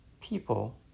people